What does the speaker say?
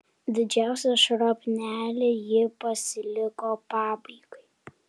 didžiausią šrapnelį ji pasiliko pabaigai